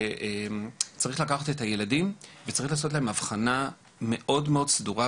צריך לקחת את הילדים וצריך לעשות להם אבחנה מאוד מאוד סדורה,